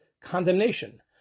condemnation